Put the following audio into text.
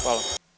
Hvala.